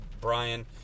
Brian